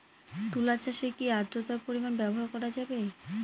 তুলা চাষে কি আদ্রর্তার পরিমাণ ব্যবহার করা যাবে?